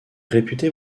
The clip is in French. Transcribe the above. réputée